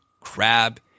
crab